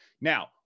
Now